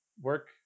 work